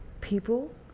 people